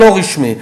לא רשמי,